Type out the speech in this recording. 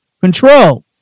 control